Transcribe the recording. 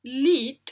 lead